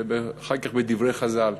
ואחר כך בדברי חז"ל,